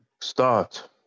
start